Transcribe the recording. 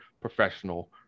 professional